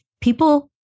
people